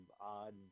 odd